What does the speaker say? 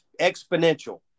Exponential